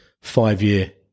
five-year